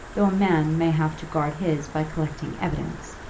though a man may have to guard his by collecting evidence!